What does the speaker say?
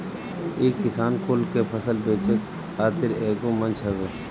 इ किसान कुल के फसल बेचे खातिर एगो मंच हवे